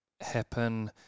happen